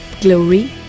Glory